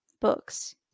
books